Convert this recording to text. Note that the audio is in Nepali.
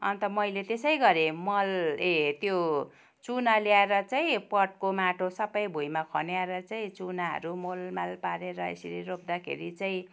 अन्त मैले त्यसै गरेँ मल ए त्यो चुना ल्याएर चाहिँ पटको माटो सबै भुईँमा खन्याएर चाहिँ चुनाहरू मोलमाल पारेर यसरी रोप्दाखेरि चाहिँ